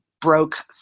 broke